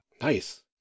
nice